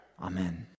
Amen